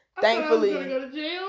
thankfully